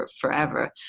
forever